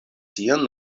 sian